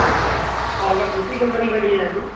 اچھا اور اگر دوسری کمپنی کا لیا جائے تو